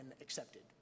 accepted